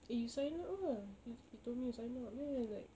eh you sign up lah he he told me to sign up then I like